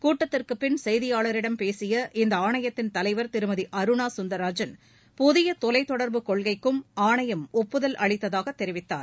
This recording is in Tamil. கூட்டத்திற்குப்பின் செய்தியாளரிடம் பேசிய இந்த ஆணையத்தின் தலைவர் திருமதி அருணா கந்தரராஜன் புதிய தொலைத் தொடர்பு கொள்கைக்கும் ஆணையம் ஒப்புதல் அளித்ததாக தெரிவித்தார்